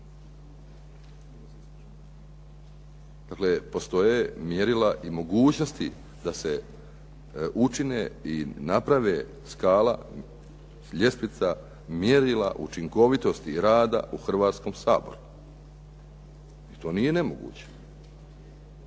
Dakle, postoje mjerila i mogućnosti da se učine i naprave skala, ljestvica mjerila učinkovitosti i rada u Hrvatskom saboru. I to nije nemoguće.